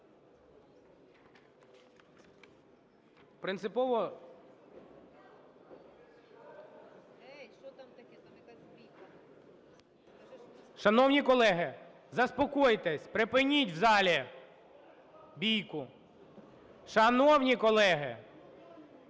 Принципово? Шановні колеги, заспокойтесь, припиніть в залі бійку. Шановні колеги!